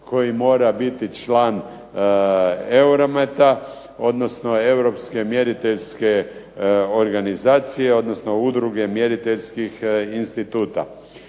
koji mora biti član EUROMETA, odnosno Europske mjeriteljske organizacije, odnosno Udruge mjeriteljskih instituta.